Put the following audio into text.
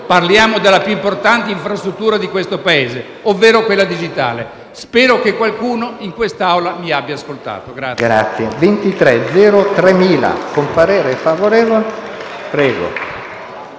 parliamo della più importante infrastruttura di questo Paese, ovvero quella digitale. Spero che qualcuno in questa Aula mi abbia ascoltato.